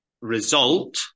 result